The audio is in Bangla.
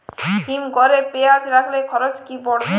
হিম ঘরে পেঁয়াজ রাখলে খরচ কি পড়বে?